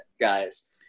guys